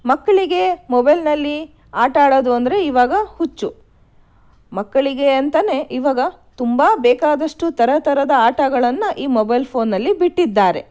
ಮಕ್ಕಳಿಗೆ ಮೊಬೈಲ್ನಲ್ಲಿ ಆಟ ಆಡೋದು ಅಂದರೆ ಈವಾಗ ಹುಚ್ಚು ಮಕ್ಕಳಿಗೆ ಅಂತಲೇ ಈವಾಗ ತುಂಬ ಬೇಕಾದಷ್ಟು ಥರ ಥರದ ಆಟಗಳನ್ನು ಈ ಮೊಬೈಲ್ ಫೋನ್ನಲ್ಲಿ ಬಿಟ್ಟಿದ್ದಾರೆ